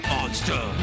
Monster